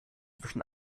zwischen